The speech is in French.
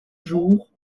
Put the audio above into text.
jour